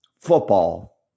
football